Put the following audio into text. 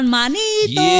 Manito